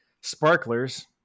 sparklers